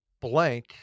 blank